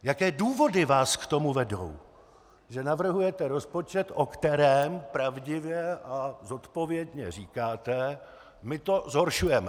Jaké důvody vás k tomu vedou, že navrhujete rozpočet, o kterém pravdivě a zodpovědně říkáte: my to zhoršujeme.